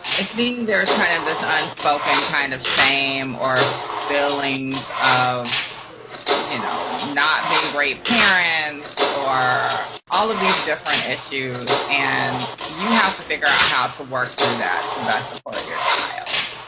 ah think there was kind of this unspoken kind of shame or feelings of you know not being great parents, or all of these different issues. and you have to figure out how to work through that to best support your child.